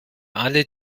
alle